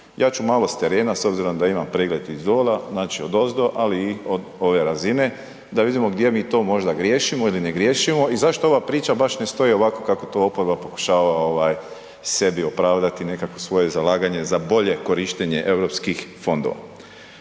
ja ću malo s terena s obzirom da imam pregled iz dola, znači odozdo ali i od ove razine da vidimo gdje mi to možda griješimo ili ne griješimo i zašto ova priča baš ne stoji ovako kako to oproba pokušava sebi opravdat nekako svoje zalaganje za bolje korištenje europskih fondova.